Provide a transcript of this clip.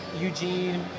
Eugene